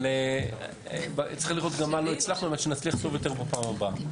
אבל צריך לראות גם מה לא הצלחנו על מנת שנצליח טוב יותר בפעם הבאה.